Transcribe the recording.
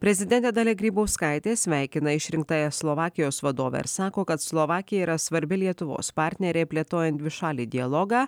prezidentė dalia grybauskaitė sveikina išrinktąją slovakijos vadovę ir sako kad slovakija yra svarbi lietuvos partnerė plėtojant dvišalį dialogą